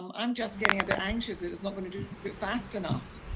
um um just getting a bit anxious that it's not going to do it fast enough,